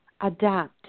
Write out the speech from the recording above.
adapt